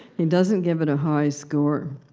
he doesn't give it a high score.